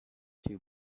two